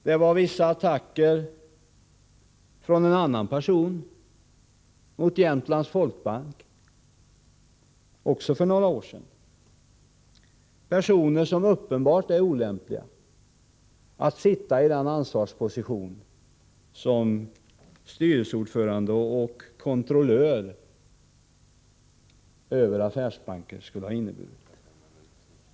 Det var vissa attacker från en annan person mot Jämtlands Folkbank, också för några år sedan. Dessa personer skulle uppenbart vara olämpliga att sitta i den ansvarsposition som det innebär att vara styrelseordförande och kontrollör över en affärsbank.